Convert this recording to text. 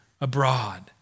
abroad